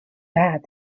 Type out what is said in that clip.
bad